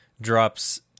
drops